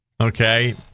Okay